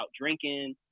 drinking